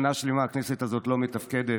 שנה שלמה הכנסת הזאת לא מתפקדת,